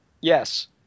yes